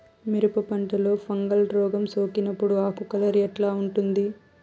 మిరప పంటలో ఫంగల్ రోగం సోకినప్పుడు ఆకు కలర్ ఎట్లా ఉంటుంది?